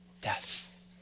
death